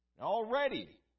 Already